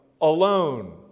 alone